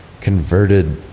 converted